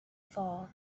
fall